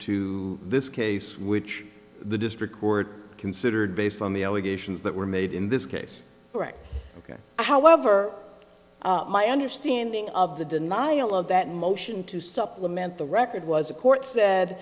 to this case which the district court considered based on the allegations that were made in this case ok however my understanding of the denial of that motion to supplement the record was a court said